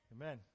Amen